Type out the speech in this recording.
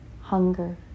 hunger